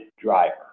driver